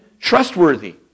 trustworthy